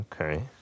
Okay